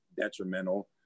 detrimental